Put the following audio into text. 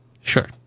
Sure